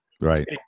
Right